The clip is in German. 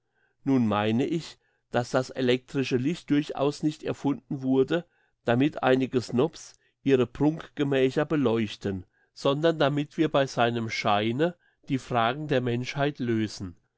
nun meine ich dass das elektrische licht durchaus nicht erfunden wurde damit einige snobs ihre prunkgemächer beleuchten sondern damit wir bei seinem scheine die fragen der menschheit lösen